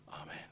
Amen